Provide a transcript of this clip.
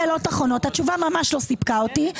התשובה ממש לא סיפקה אותי,